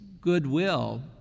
goodwill